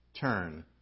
turn